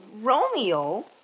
Romeo